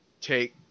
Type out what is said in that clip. take –